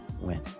win